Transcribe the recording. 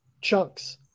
chunks